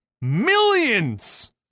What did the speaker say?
millions